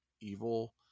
evil